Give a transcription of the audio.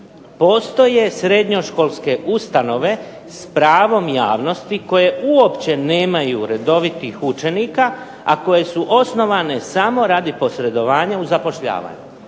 postoje srednjoškolske ustanove s pravom javnosti koje uopće nemaju redovitih učenika, a koje su osnovane samo radi posredovanja u zapošljavanju.